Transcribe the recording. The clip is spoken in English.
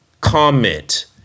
Comment